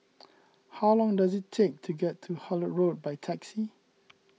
how long does it take to get to Hullet Road by taxi